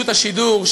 רשות השידור,